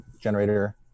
generator